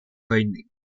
войны